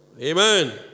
Amen